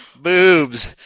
Boobs